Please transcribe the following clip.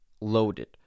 loaded